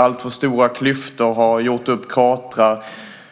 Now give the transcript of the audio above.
Alltför stora klyftor har gjort upp kratrar